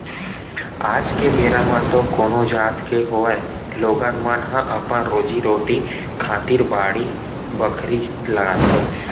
आज के बेरा म तो कोनो जात के होवय लोगन मन ह अपन रोजी रोटी खातिर बाड़ी बखरी लगाथे